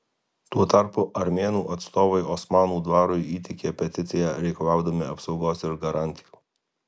tuo tarpu armėnų atstovai osmanų dvarui įteikė peticiją reikalaudami apsaugos ir garantijų